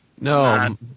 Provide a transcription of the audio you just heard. No